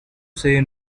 say